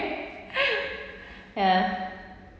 ya